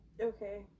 Okay